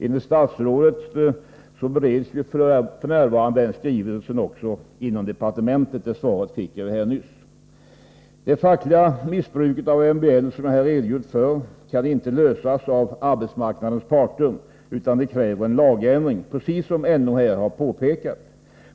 Enligt statsrådet bereds f.n. NO:s skrivelse i arbetsmarknadsdepartementet — det beskedet fick jag nyss. Det fackliga missbruk av MBL som jag här redogjort för kan inte lösas av arbetsmarknadens parter, utan det krävs en lagändring — precis som NO har påpekat.